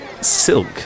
Silk